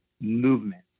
movement